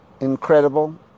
Incredible